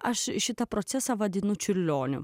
aš šitą procesą vadinu čiurlioniu